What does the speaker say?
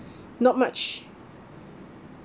not much